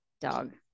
dog